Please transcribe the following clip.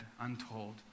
untold